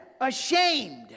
ashamed